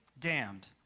damned